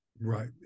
Right